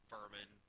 Furman